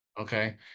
okay